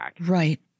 Right